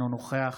אינו נוכח